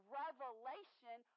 revelation